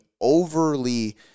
overly